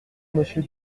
monsieur